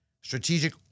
Strategic